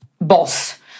boss